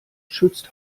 schützt